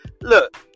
Look